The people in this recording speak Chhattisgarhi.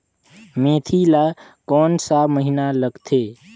मेंथी ला कोन सा महीन लगथे?